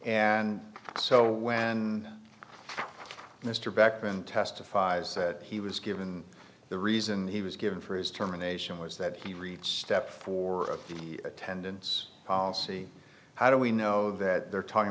and so when mr beck then testifies that he was given the reason he was given for his terminations was that he reached step four attendance policy how do we know that they're talking